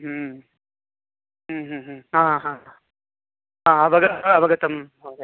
हा हा अव अवगतं महोदय